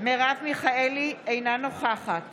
מרב מיכאלי, אינה נוכחת